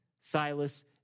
Silas